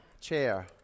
chair